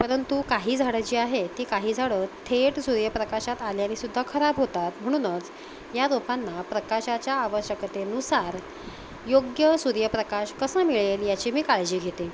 परंतु काही झाडं जी आहे ती काही झाडं थेट सूर्यपकाशात आल्यानीसुद्धा खराब होतात म्हणूनच या रोपांना प्रकाशाच्या आवश्यकतेनुसार योग्य सूर्यप्रकाश कसा मिळेल याची मी काळजी घेते